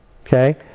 okay